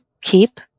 keep